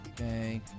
Okay